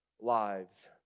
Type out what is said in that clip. lives